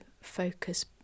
focus